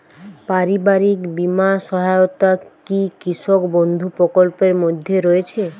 পারিবারিক বীমা সহায়তা কি কৃষক বন্ধু প্রকল্পের মধ্যে রয়েছে?